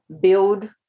build